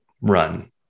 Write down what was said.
run